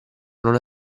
non